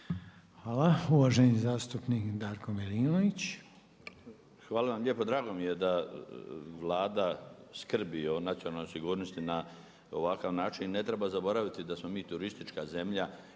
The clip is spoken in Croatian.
Hvala. Uvaženi zastupnik Darko Milinović. **Milinović, Darko (HDZ)** Hvala vam lijepa, drago mi je da Vlada skrbi o nacionalnoj sigurnosti na ovakav način, ne treba zaboraviti da smo mi turistička zemlja